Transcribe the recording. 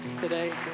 today